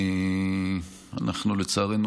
לצערנו,